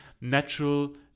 natural